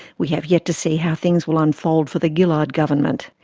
we have yet to see how things will unfold for the gillard government.